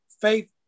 faith